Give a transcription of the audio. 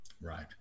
Right